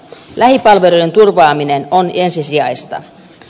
lähipalveluiden turvaaminen on ensisijaista